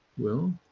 well,